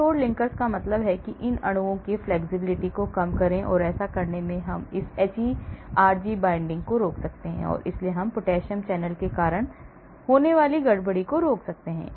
कठोर लिंकर्स का मतलब है कि इन अणुओं के flexibility को कम करें और ऐसा करने से हम इस hERG binding को रोक सकते हैं और इसलिए हम potassium channel के कारण होने वाली गड़बड़ी को रोक सकते हैं